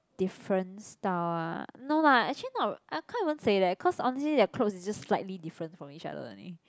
different style ah no lah actually not I can't even say that cause honestly their clothes is just slightly different from each other only